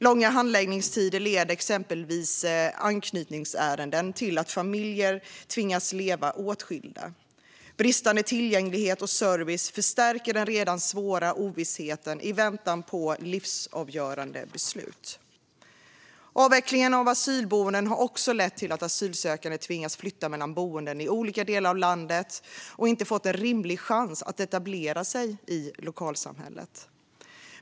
Långa handläggningstider leder i exempelvis anknytningsärenden till att familjer tvingas leva åtskilda. Bristande tillgänglighet och service förstärker den redan svåra ovissheten som väntan på livsavgörande beslut innebär. Avvecklingen av asylboenden har också lett till att asylsökande tvingas flytta mellan boenden i olika delar av landet och inte får en rimlig chans att etablera sig i lokalsamhället.